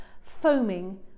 foaming